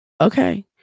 Okay